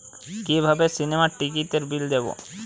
কিভাবে সিনেমার টিকিটের বিল দেবো?